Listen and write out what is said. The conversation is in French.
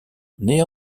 nait